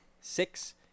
Six